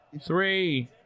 Three